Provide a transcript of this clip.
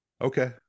Okay